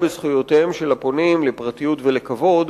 בזכויותיהם של הפונים לפרטיות ולכבוד,